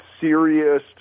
serious